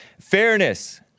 Fairness